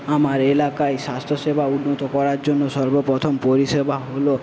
আমার এলাকায় স্বাস্থ্যসেবা উন্নত করার জন্য সর্ব প্রথম পরিষেবা হলো